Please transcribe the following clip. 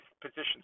positions